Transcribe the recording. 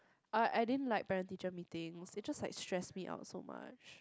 I I didn't like parent teacher meetings it just like stressed me out so much